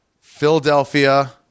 Philadelphia